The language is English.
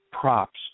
props